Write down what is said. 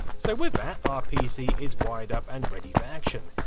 so with that, our pc is wired up and ready for action.